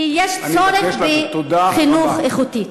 כי יש צורך בחינוך איכותי.